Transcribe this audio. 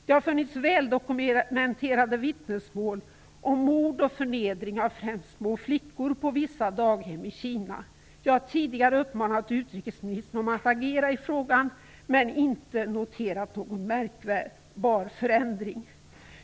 Det finns väldokumenterade vittnesmål om mord och förnedring av främst små flickor på vissa daghem i Kina. Jag har tidigare uppmanat utrikesministern att agera i frågan men inte noterat någon märkbar förändring.